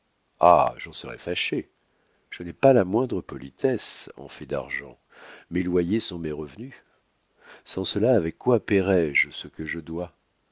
ah j'en serais fâché je n'ai pas la moindre politesse en fait d'argent mes loyers sont mes revenus sans cela avec quoi paierais je ce que je dois